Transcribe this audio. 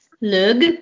Lug